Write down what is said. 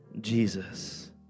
Jesus